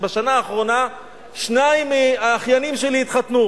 בשנה האחרונה שניים מהאחיינים שלי התחתנו.